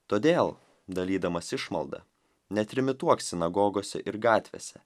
todėl dalydamas išmaldą netrimituok sinagogose ir gatvėse